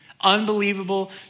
Unbelievable